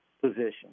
position